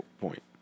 point